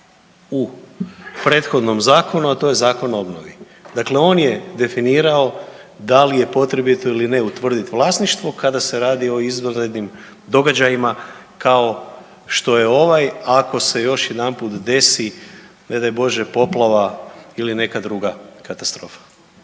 u prethodnom zakonu, a to je Zakon o obnovi. Dakle, on je definirao da li je potrebito ili ne utvrdit vlasništvo kada se radi o izvanrednim događajima kao što je ovaj ako se još jedanput desi ne daj Bože poplava ili neka druga katastrofa.